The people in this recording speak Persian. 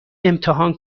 امتحان